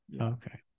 okay